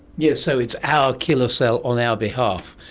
yes, so it's our killer cell on our behalf,